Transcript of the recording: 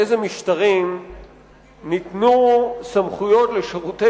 באילו משטרים ניתנו סמכויות לשירותי